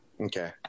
Okay